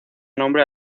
nombre